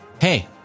Hey